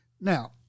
Now